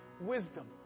wisdom